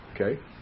okay